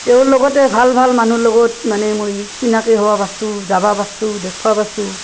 তেওঁৰ লগতে ভাল ভাল মানুহৰ লগত মানে মই চিনাকি হ'বা পাৰছোঁ যাবা পাৰছোঁ দেখবা পাৰছোঁ